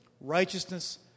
righteousness